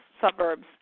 suburbs